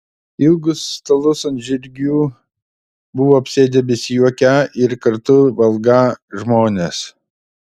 ilgus stalus ant žirgių buvo apsėdę besijuokią ir kartu valgą žmonės